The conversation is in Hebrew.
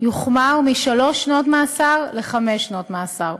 יוחמר משלוש שנות מאסר לחמש שנות מאסר.